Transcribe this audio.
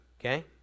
Okay